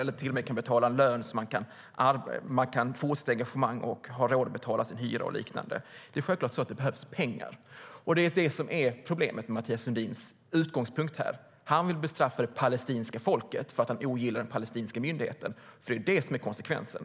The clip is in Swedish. För att kunna fortsätta engagemanget kan de till och med behöva betala löner. Det är självklart att det behövs pengar. Och det är det som är problemet med Mathias Sundins utgångspunkt. Han vill bestraffa det palestinska folket för att han ogillar den palestinska myndigheten. Det är det som är konsekvensen.